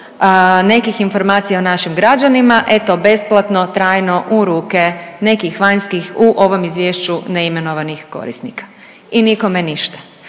nekih informacija o našim građanima, eto besplatno, trajno u ruke nekih vanjskih u ovom izvješću neimenovanih korisnika. I nikome ništa,